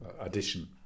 addition